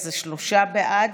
אז זה שלושה בעד,